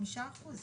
חמישה אחוזים.